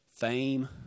fame